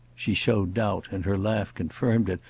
she showed doubt, and her laugh confirmed it.